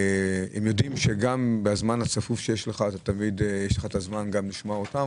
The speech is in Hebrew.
הם יודעים שעל אף לוח הזמנים הצפוף שלך תמיד יש לך זמן גם לשמוע אותם.